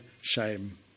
shame